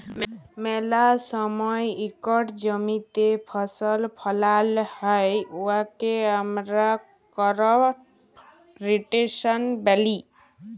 ম্যালা সময় ইকট জমিতে ফসল ফলাল হ্যয় উয়াকে আমরা করপ রটেশল ব্যলি